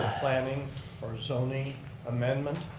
planning or zoning amendment.